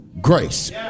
grace